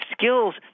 skills